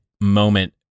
moment